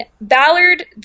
Ballard